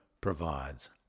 provides